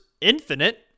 Infinite